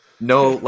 No